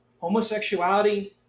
Homosexuality